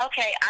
Okay